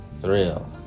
thrill